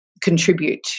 contribute